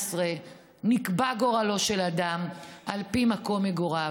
נקבע גורלו של אדם על פי מקום מגוריו.